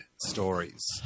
stories